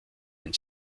ein